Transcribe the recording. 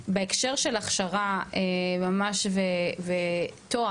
בהקשר של הכשרה ממש ותואר,